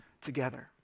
together